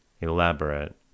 elaborate